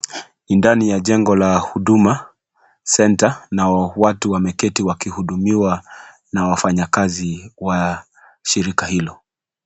Ni ndani ya jengo la huduma Center na watu wameketi wakihudumiwa na wafanyakazi wa shirika hilo.